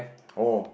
oh